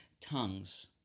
tongues